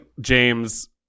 James